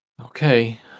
Okay